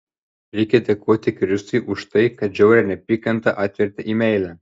reikia dėkoti kristui už tai kad žiaurią neapykantą atvertė į meilę